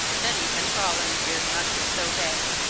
that even roland dared not disobey.